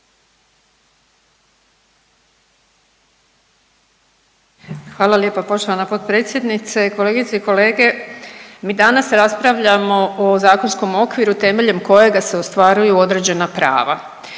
Hvala lijepa poštovana potpredsjednice. Kolegice i kolege, mi danas raspravljamo o zakonskom okviru temeljem kojega se ostvaruju određena prava,